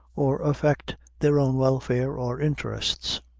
or affect their own welfare or interests.